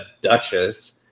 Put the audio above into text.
Duchess